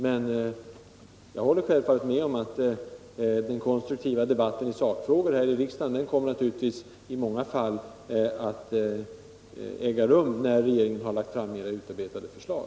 Men jag håller självfallet med om att den konstruktiva debatten i sakfrågor här i riksdagen i många fall kommer att äga rum sedan regeringen lagt fram mera utarbetade förslag.